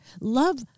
Love